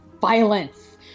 violence